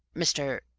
mr,